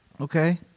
okay